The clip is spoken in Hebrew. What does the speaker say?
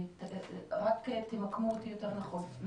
רק תמקמו אותי יותר נכון,